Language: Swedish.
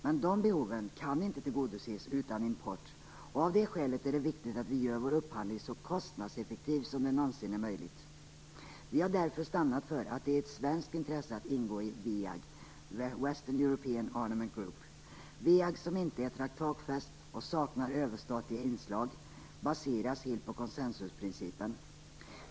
Dessa behov kan dock inte tillgodoses utan import, och av det skälet är det viktigt att vi gör vår upphandling så kostnadseffektiv som det någonsin är möjligt. Vi har därför stannat för att det är ett svenskt intresse att ingå i WEAG, Western European Armaments Group. WEAG, som inte är traktatsfäst och saknar överstatliga inslag, baseras helt på konsensusprincipen.